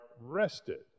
rested